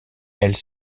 elle